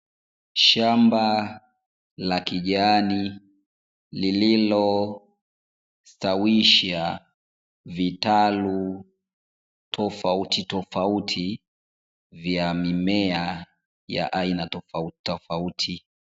Shamba la kijani lililostawisha vitalu tofautitofauti, vya mimea ya aina tofautitofauti.